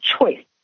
choice